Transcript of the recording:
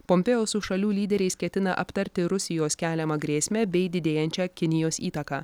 pompėo su šalių lyderiais ketina aptarti rusijos keliamą grėsmę bei didėjančią kinijos įtaką